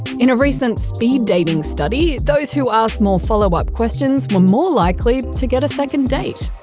in a recent speed-dating study, those who asked more follow-up questions were more likely to get a second date.